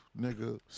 nigga